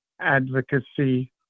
advocacy